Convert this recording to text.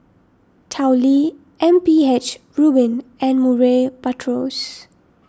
Tao Li M P H Rubin and Murray Buttrose